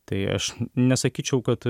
tai aš nesakyčiau kad